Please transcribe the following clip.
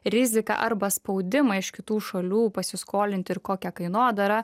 riziką arba spaudimą iš kitų šalių pasiskolinti ir kokią kainodarą